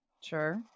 sure